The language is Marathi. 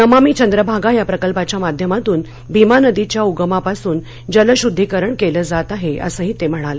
नमामि चंद्रभागा या प्रकल्पाच्या माध्यमातून भीमा नदीच्या उगमापासून जल शुद्धीकरण केलं जात आहे असंही ते म्हणाले